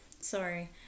sorry